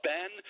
Ben